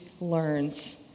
learns